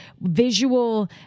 visual